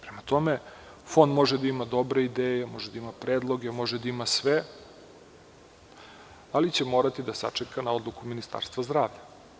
Prema tome, Fond može da ima dobre ideje, predloge, može da ima sve, ali će morati da sačeka na odluku Ministarstva zdravlja.